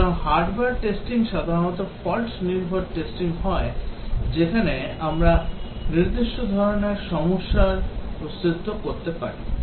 সুতরাং hardware testing সাধারণত fault নির্ভর টেস্টিং হয় যেখানে আমরা নির্দিষ্ট ধরণের সমস্যার অস্তিত্ব পরীক্ষা করি